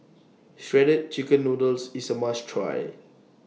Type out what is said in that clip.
Shredded Chicken Noodles IS A must Try